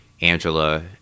angela